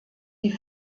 die